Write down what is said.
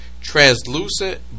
translucent